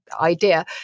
idea